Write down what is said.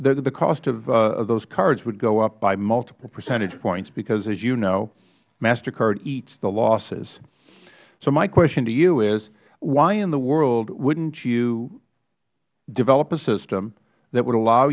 the cost of those cards would go up by multiple percentage points because as you know master card eats the losses my question to you is why in the world wouldn't you develop a system that would allow